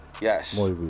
Yes